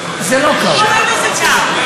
קוראים לזה כאוס.